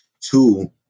Two